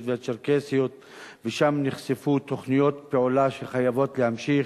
והצ'רקסיות ושם נחשפו תוכניות פעולה שחייבות להימשך,